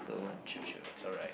true true it's alright